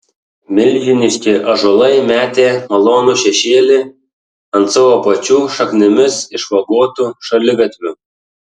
milžiniški ąžuolai metė malonų šešėlį ant savo pačių šaknimis išvagotų šaligatvių